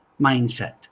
mindset